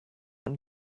one